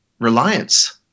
Reliance